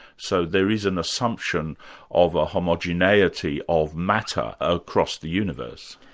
so there is an assumption of a homogeneity of matter across the universe.